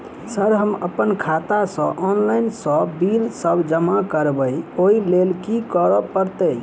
Sir हम अप्पन खाता सऽ ऑनलाइन सऽ बिल सब जमा करबैई ओई लैल की करऽ परतै?